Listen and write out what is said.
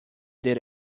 did